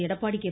Edappadi K